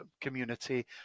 community